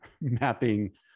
mapping